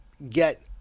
get